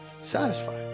satisfy